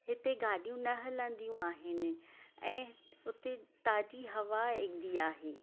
हिते गाॾियूं न हलंदियूं आहिनि ऐं हुते ताज़ी हवा ईंदी आहे